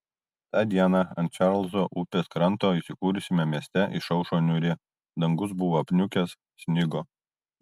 ta diena ant čarlzo upės kranto įsikūrusiame mieste išaušo niūri dangus buvo apniukęs snigo